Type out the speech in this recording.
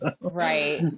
Right